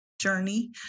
journey